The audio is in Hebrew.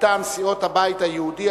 מטעם סיעות הבית היהודי,